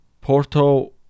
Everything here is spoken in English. Porto